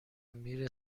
میره